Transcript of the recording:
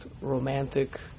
romantic